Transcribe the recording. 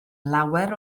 lawer